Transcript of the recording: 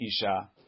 isha